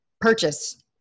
purchase